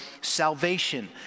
salvation